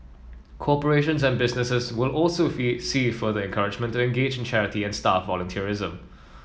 corporations and businesses will also see further encouragement to engage in charity and staff volunteerism